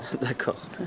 D'accord